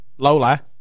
Lola